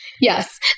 Yes